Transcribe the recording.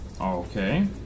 Okay